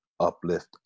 uplift